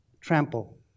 Trample